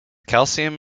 calcium